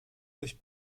durch